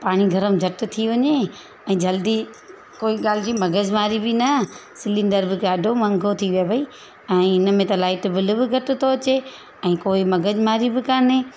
पाणी गरमु झटि थी वञे ऐं जल्दी कोई ॻाल्हि जी मग़ज़ि मारी बि न सिलैंडर बि ॾाढो महांगो थी वियो भाई ऐं इन में त लाइट बिल बि घटि थो अचे ऐं कोई मग़ज़ि मारी बि कान्हे